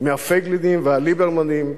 מהפייגלינים והליברמנים?